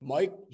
Mike